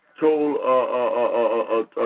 told